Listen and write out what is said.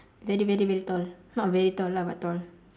very very very tall not very tall lah but tall